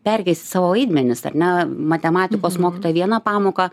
perkeisti savo vaidmenis ar ne matematikos mokytoja vieną pamoką